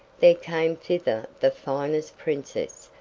there came thither the finest princess,